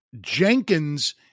Jenkins